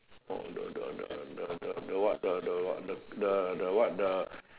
oh the the the the the the what the the what the what the